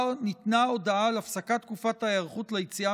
ניתנה הודעה על הפסקת תקופת ההיערכות ליציאה